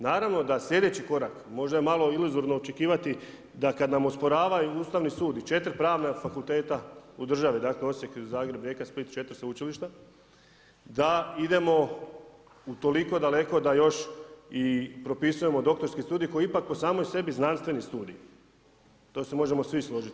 Naravno da slijedeći korak, možda je malo iluzorno očekivati da kad nam osporava Ustavni sud i 4 Pravna fakulteta u državi, Osijek, Zagreb, Rijeka, Split, 4 sveučilišta, da idemo u toliko daleko da još i propisujemo doktorski studij koji je ipak sam po sebi znanstveni studij, to se možemo svi složiti.